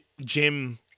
Jim